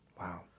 Wow